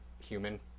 human